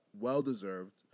well-deserved